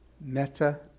meta